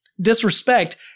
Disrespect